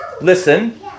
listen